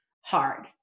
hard